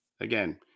Again